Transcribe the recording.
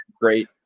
Great